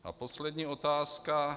A poslední otázka.